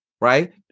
right